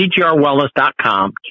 cgrwellness.com